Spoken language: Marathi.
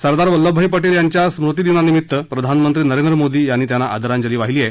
सरदार वल्लभभाई पटेल यांच्या स्मृतिदिना निमित्त प्रधानमंत्री नरेंद्र मोदी यांनी त्यांना आदरांजली वाहिली आहे